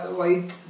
white